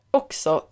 också